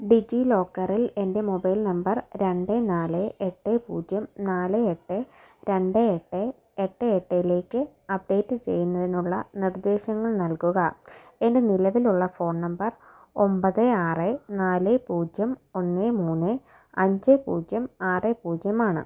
ഡിജിലോക്കറിൽ എന്റെ mobile number രണ്ട് നാല് എട്ട് പൂജ്യം നാല് എട്ട് രണ്ട് എട്ട് എട്ട് എട്ടിലേക്ക് അപ്ഡേറ്റ് ചെയ്യുന്നതിനുള്ള നിർദ്ദേശങ്ങൾ നൽകുക എൻ്റെ നിലവിലുള്ള ഫോൺ നമ്പർ ഒമ്പത് ആറ് നാല് പൂജ്യം ഒന്ന് മൂന്ന് അഞ്ച് പൂജ്യം ആറ് പൂജ്യം ആണ്